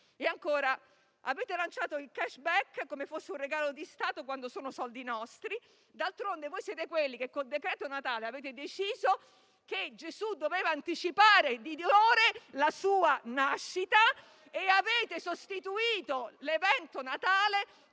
Ancora, avete lanciato il *cashback* come fosse un regalo di Stato, quando sono soldi nostri. D'altronde, voi siete quelli che, con il decreto Natale, avete deciso che Gesù doveva anticipare di due ore la sua nascita e avete sostituito l'evento Natale